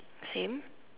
same